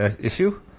issue